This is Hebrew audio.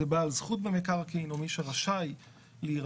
זה בעל זכות במקרקעין או מי שרשאי להירשם